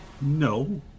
No